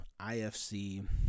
IFC